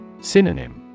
Synonym